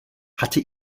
hatte